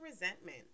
resentment